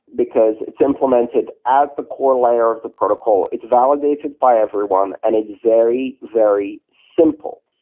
because it's implemented at the core layer of the protocol. it's validated by everyone, and it's very, very simple,